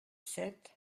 sept